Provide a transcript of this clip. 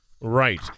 Right